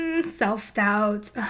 self-doubt